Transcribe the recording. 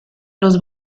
los